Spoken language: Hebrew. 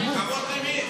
כבוד למי?